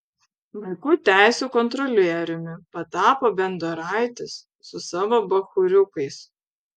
vaikų teisių kontrolieriumi patapo bendoraitis su savo bachūriukais